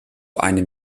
einem